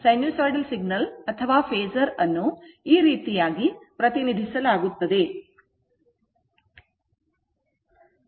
sinusoidal signal phasor ಅನ್ನು ಈ ರೀತಿಯಾಗಿ ಪ್ರತಿನಿಧಿಸಲಾಗುತ್ತದೆ